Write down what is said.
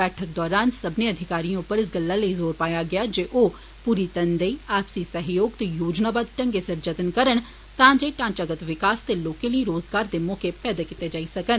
बैठक दौरान सब्बनें अधिकारिएं उप्पर इस गल्ला लेई जोर पाया गेआ जे ओ पूरी तनदेई आपसी सहयोग ते योजनाबद्व ढंगै सिर जतन करन तां जे ढांचागत विकास ते लोकें लेई रोजगार दे मौके पैदा कीते जाई सकन